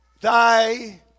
thy